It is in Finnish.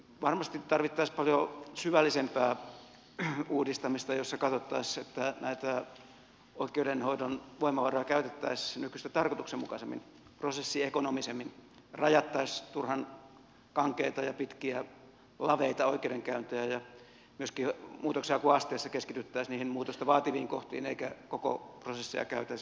varmasti tarvittaisiin paljon syvällisempää uudistamista jossa katsottaisiin että näitä oikeudenhoidon voimavaroja käytettäisiin nykyistä tarkoituksenmukaisemmin prosessiekonomisemmin rajattaisiin turhan kankeita pitkiä ja laveita oikeudenkäyntejä ja myöskin muutoksenhakuasteissa keskityttäisiin niihin muutosta vaativiin kohtiin eikä koko prosesseja käytäisi kahteen kertaan